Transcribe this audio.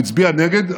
הוא הצביע נגד,